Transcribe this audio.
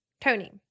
Tony